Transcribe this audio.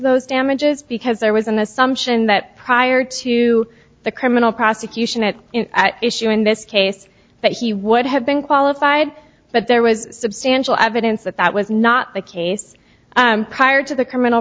those damages because there was an assumption that prior to the criminal prosecution at issue in this case that he would have been qualified but there was substantial evidence that that was not the case prior to the criminal